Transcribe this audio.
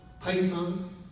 python